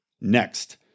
Next